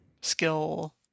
skill